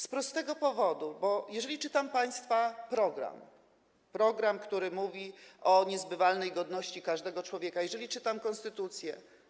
Z prostego powodu: jeżeli czytam państwa program, program, który mówi o niezbywalnej godności każdego człowieka, jeżeli czytam konstytucję.